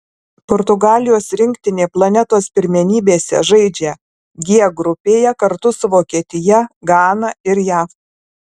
portugalijos rinktinė planetos pirmenybėse žaidžia g grupėje kartu su vokietija gana ir jav